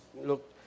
look